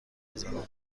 بزنم